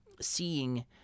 seeing